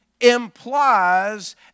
implies